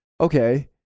okay